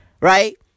Right